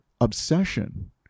obsession